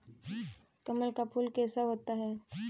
कमल का फूल कैसा होता है?